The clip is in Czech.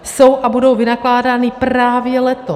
Jsou a budou vynakládány právě letos.